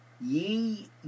ye